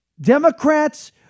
Democrats